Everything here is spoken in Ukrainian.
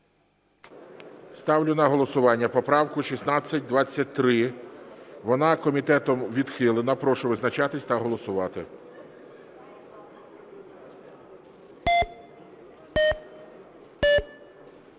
Ставлю на голосування поправку 1623. Вона комітетом відхилена. Прошу визначатись та голосувати.